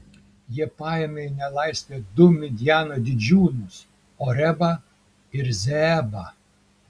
jie paėmė į nelaisvę du midjano didžiūnus orebą ir zeebą